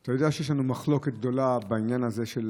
אתה יודע שיש לנו מחלוקת גדולה מאוד בנושא הזה,